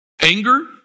anger